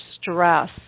Stress